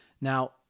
Now